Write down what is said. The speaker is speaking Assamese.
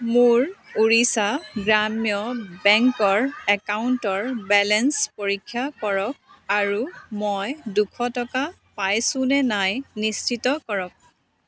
মোৰ ওড়িশা গ্ৰাম্য বেংকৰ একাউণ্টৰ বেলেঞ্চ পৰীক্ষা কৰক আৰু মই দুশ টকা পাইছো নে নাই নিশ্চিত কৰক